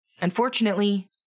Unfortunately